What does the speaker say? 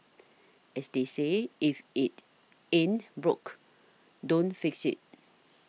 as they say if it ain't broke don't fix it